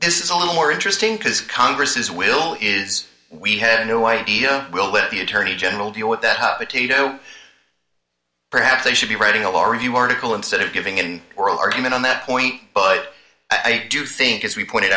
this is a little more interesting because congress his will is we had a new idea we'll let the attorney general deal with that hot potato perhaps they should be writing a law review article instead of giving in oral argument on that point but i do think as we pointed